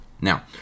Now